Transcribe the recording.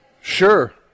Sure